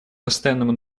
постоянному